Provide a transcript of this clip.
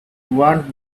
want